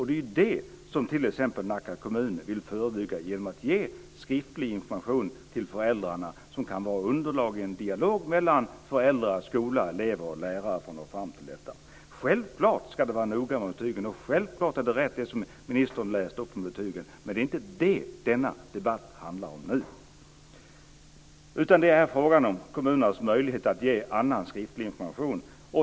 Det är det som t.ex. Nacka kommun vill förebygga genom att ge skriftlig information till föräldrarna som kan vara underlag i en dialog mellan föräldrar, skola, elever och lärare för att nå fram till detta. Självklart ska man vara noga med betygen, och självklart är det rätt som ministern läste upp om betygen. Men det är inte det denna debatt handlar om, utan det är fråga om kommunernas möjlighet att ge annan skriftlig information.